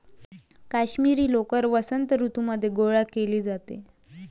काश्मिरी लोकर वसंत ऋतूमध्ये गोळा केली जाते